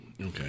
Okay